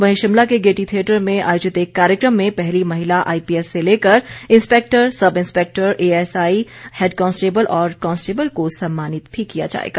वहीं शिमला के Gaiety theatre में आयोजित एक कार्यक्रम में पहली महिला आईपीएस से लेकर inspector sub inspector ASI head constable और कांस्टेबल को सम्मानित किया जाएगा